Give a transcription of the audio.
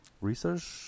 research